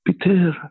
Peter